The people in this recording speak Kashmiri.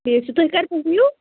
ٹھیٖک چھُ تُہۍ کر پٮ۪ٹھ یِیِو